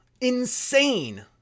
Insane